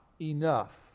enough